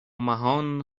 مهان